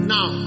Now